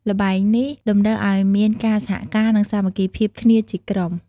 ល្បែងនេះតម្រូវឱ្យមានការសហការ និងសាមគ្គីភាពគ្នាជាក្រុម។